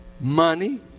money